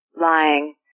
lying